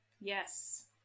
yes